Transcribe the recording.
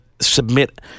submit